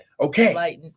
Okay